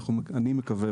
ואני מקווה,